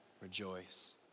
rejoice